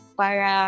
para